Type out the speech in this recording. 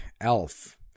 Elf